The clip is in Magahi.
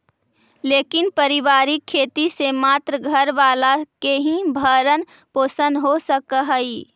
लेकिन पारिवारिक खेती से मात्र घर वाला के ही भरण पोषण हो सकऽ हई